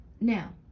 now